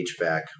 HVAC